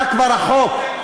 אתה כבר רחוק.